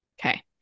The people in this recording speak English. Okay